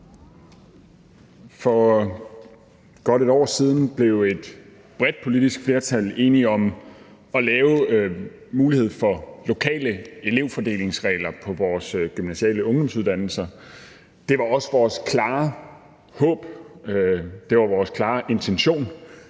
For godt et år siden blev et bredt politisk flertal enige om at skabe mulighed for lokale elevfordelingsregler på vores gymnasiale ungdomsuddannelser. Det var også vores klare håb, det var vores klare intention,